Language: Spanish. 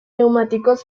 neumáticos